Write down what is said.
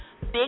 Big